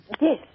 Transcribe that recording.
Yes